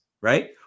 right